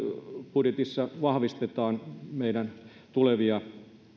budjetissa vahvistetaan meidän tulevia